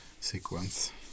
sequence